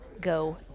go